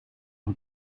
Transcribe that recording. een